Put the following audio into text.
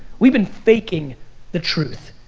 we've been faking the truth.